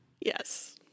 Yes